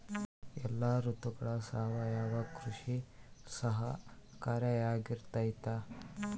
ಎಲ್ಲ ಋತುಗಳಗ ಸಾವಯವ ಕೃಷಿ ಸಹಕಾರಿಯಾಗಿರ್ತೈತಾ?